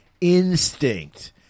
instinct